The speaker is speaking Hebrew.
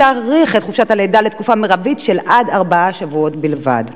להאריך את חופשת הלידה לתקופה מרבית של עד ארבעה שבועות בלבד.